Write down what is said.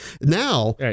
Now